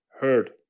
heard